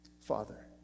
Father